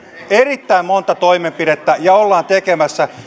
erittäin monta toimenpidettä ja olemme tekemässä